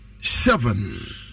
seven